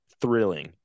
thrilling